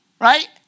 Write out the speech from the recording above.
right